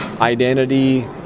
identity